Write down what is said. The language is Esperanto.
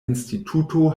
instituto